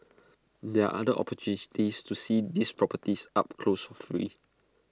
there are other opportunities to see these properties up close for free